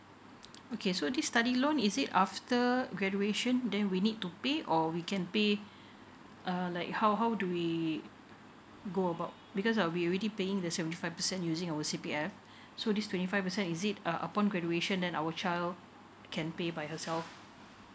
okay so this study loan is it after graduation then we need to pay or we can pay err like how how do we go about because uh we already paying the seventy five percent using our C_P_F so this twenty five percent is it err upon graduation then our child can pay by herself